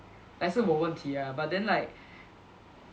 like 是我问题啊 but then like